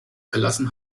verlassen